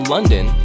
London